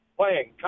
playing